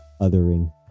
Othering